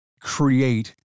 create